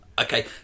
okay